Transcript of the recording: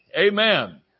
Amen